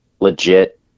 legit